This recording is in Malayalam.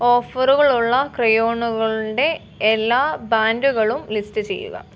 ഓഫറുകളുള്ള ക്രയോണുകളുടെ എല്ലാ ബാൻഡുകളും ലിസ്റ്റ് ചെയ്യുക